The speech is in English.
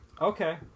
Okay